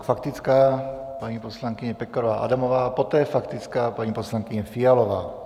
Faktická, paní poslankyně Pekarová Adamová, poté faktická paní poslankyně Fialová.